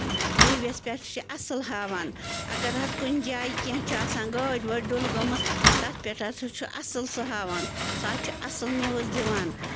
T V یَس پٮ۪ٹھ چھِ اَصٕل ہاوان اگر حظ کُنہِ جایہِ کیٚنٛہہ چھِ آسان گٲڑۍ وٲڑۍ ڈُلہٕ گٔمٕژ تَتھ پٮ۪ٹھ ہسا چھُ اَصٕل سُہ ہاوان سُہ حظ چھُ اَصٕل نِوٕز دِوان